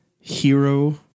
hero